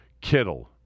Kittle